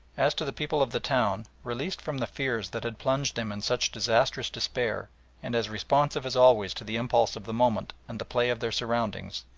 as to the people of the town, released from the fears that had plunged them in such disastrous despair and as responsive as always to the impulse of the moment and the play of their surroundings,